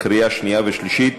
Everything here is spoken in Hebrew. לקריאה שנייה ושלישית.